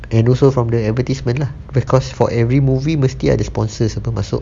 and also from the advertisement lah because for every movie mesti ada the sponsors siapa masuk